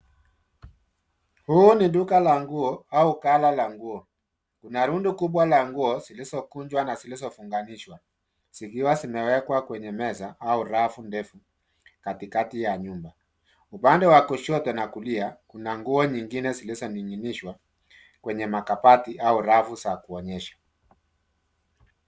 Huu ni duka la nguo au kala la nguo. Kuna rundo kubwa la nguo zilizokunjwa na zilizo funganishwa zikiwa zimewekwa kwenye meza au rafu ndefu katikati ya nyumba. Upande wa kushoto na kulia kuna nguo nyingine zilizo ning'inishwa kwenye makabati au rafu za kuonyesha.